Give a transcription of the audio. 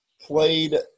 played –